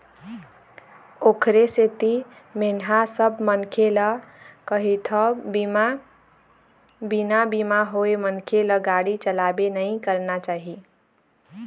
ओखरे सेती मेंहा सब मनखे ल कहिथव बिना बीमा होय मनखे ल गाड़ी चलाबे नइ करना चाही